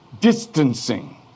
distancing